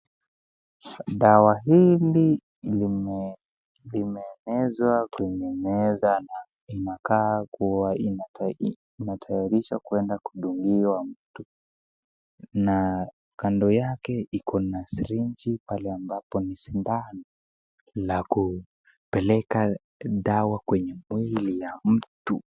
Dawa hili limeegezwa kwenye meza na inakaa kuwa inatayarishwa kuenda kudungiwa mtu na kando yake iko na srinji pahali ambapo ni sindano la kupeleka dawa kwenye mwili ya mtu.